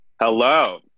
Hello